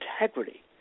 integrity